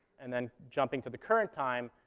and then, jumping to the current time,